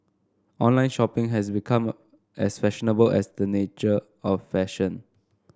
online shopping has become as fashionable as the nature of fashion